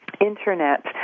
internet